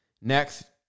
Next